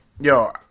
Yo